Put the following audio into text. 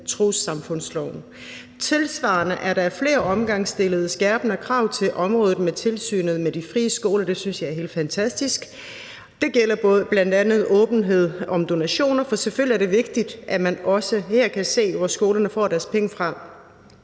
trossamfundsloven. Tilsvarende er der af flere omgange stillet skærpende krav til området i forhold til tilsynet med de frie skoler, og det synes jeg er helt fantastisk. Det gælder bl.a. åbenhed om donationer, for selvfølgelig er det vigtigt, at man også her kan se, hvor skolerne får deres penge fra,